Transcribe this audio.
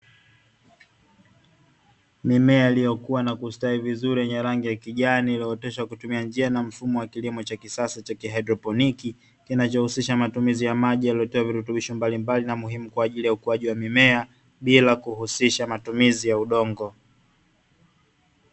Mimea iliyokuwa na kustawi vizuri yenye rangi ya kijani, iliyooteshwa kwa kutumia njia na mfumo wa kilimo cha kisasa cha kihaidroponi, kinachohusisha matumizi ya maji yaliyotiwa virutubisho mbalimbali na muhimu kwa ajili ya ukuaji wa mimea, bila kuhusisha matumizi ya udongo.